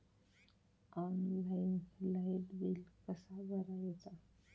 Online light bill कसा भरायचा?